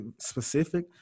specific